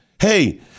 Hey